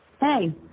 Hey